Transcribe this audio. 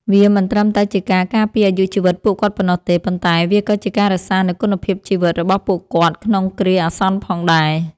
វាមិនត្រឹមតែជាការការពារអាយុជីវិតពួកគាត់ប៉ុណ្ណោះទេ ប៉ុន្តែវាក៏ជាការរក្សានូវគុណភាពជីវិតរបស់ពួកគាត់ក្នុងគ្រាអាសន្នផងដែរ។